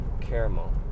caramel